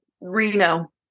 Reno